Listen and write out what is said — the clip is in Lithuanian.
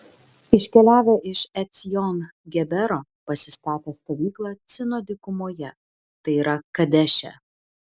iškeliavę iš ecjon gebero pasistatė stovyklą cino dykumoje tai yra kadeše